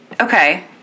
okay